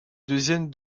deuxième